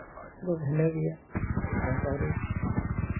ᱫᱚ ᱵᱷᱤᱱᱟᱹ ᱜᱮᱭᱟ ᱨᱟᱡᱽ ᱟᱹᱨᱤ